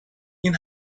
این